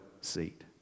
seat